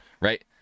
right